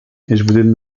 within